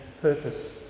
purpose